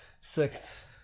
six